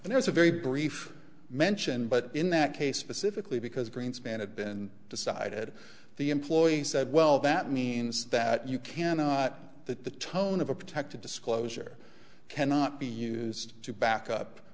and there's a very brief mention but in that case specifically because greenspan had been decided the employee said well that means that you cannot that the tone of a protected disclosure cannot be used to back up